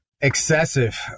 Excessive